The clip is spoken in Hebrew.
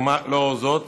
לאור זאת